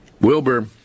Wilbur